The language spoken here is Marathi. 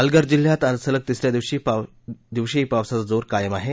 पालघर जिल्ह्यात आज सलग तिसऱ्या दिवशीही पावसाचा जोर कायम आहे